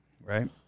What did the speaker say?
right